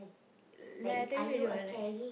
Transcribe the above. like I tell you already [what] like